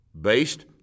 based